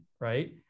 Right